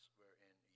wherein